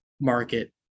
market